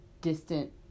distant